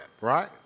right